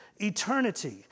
eternity